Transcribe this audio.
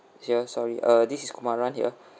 here sorry uh this is kumaran here